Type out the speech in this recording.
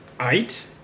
eight